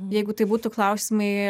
jeigu tai būtų klausimai